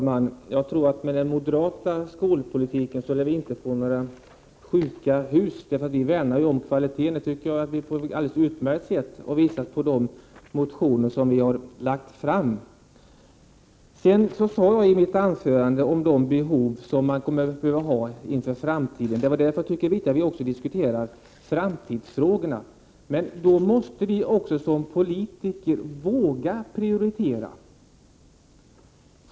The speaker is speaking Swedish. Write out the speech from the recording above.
Herr talman! Med den moderata skolpolitiken skulle vi nog inte få några sjuka hus. Vi värnar ju om kvaliteten. Jag tycker att vi har visat detta på ett alldeles utmärkt sätt i de motioner som har lagts fram. I mitt anförande talade jag om de framtida behoven, och jag sade att jag tyckte att det var viktigt att diskutera framtidsfrågorna. Men som politiker måste vi våga prioritera.